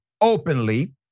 openly